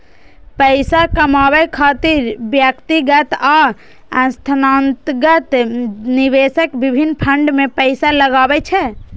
पैसा कमाबै खातिर व्यक्तिगत आ संस्थागत निवेशक विभिन्न फंड मे पैसा लगबै छै